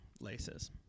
laces